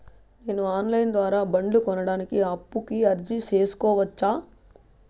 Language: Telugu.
నేను ఆన్ లైను ద్వారా బండ్లు కొనడానికి అప్పుకి అర్జీ సేసుకోవచ్చా?